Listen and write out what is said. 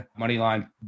Moneyline